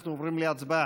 אנחנו עוברים להצבעה.